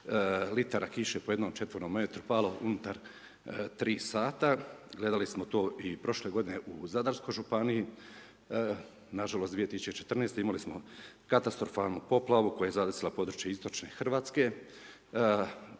litara kiše, po jednom četvrtom metru, palo unutar 3 h, gledali samo to i prošle g. u Zadarskoj županiji, nažalost 2014. imali smo katastrofalnu poplavu, koja je zadesila područje istočne Hrvatske,